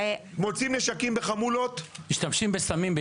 מוצאים נשקים בחמולות -- משתמשים בסמים בעיקר.